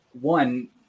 one